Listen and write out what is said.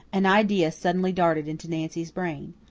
an idea suddenly darted into nancy's brain.